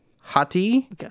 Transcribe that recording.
hati